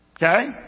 Okay